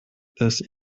this